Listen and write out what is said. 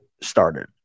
started